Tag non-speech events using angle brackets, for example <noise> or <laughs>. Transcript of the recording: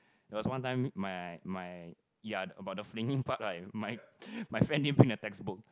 there was one time my my ya the about the flinging part right my <laughs> my friend didn't bring a textbook